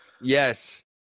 Yes